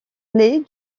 les